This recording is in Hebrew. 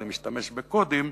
אני משתמש בקודים,